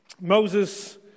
Moses